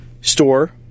Store